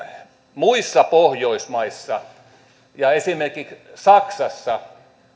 muissa pohjoismaissa ja esimerkiksi saksassa